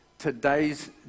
today's